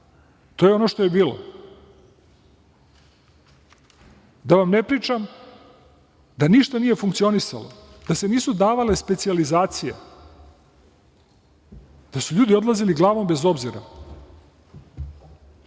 To je ono što je bilo. Da vam ne pričam da ništa nije funkcionisalo, da se nisu davale specijalizacije, da su ljudi odlazili glavom bez obzira,